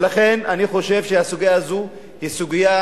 ולכן, אני חושב שהסוגיה הזאת היא סוגיה